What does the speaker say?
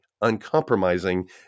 uncompromising